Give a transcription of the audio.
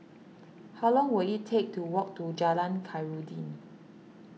how long will it take to walk to Jalan Khairuddin